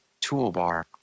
Toolbar